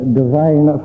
divine